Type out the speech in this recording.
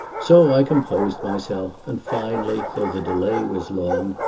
so i composed myself and finally, though the delay was long,